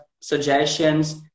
suggestions